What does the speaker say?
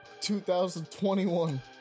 2021